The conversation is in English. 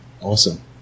Awesome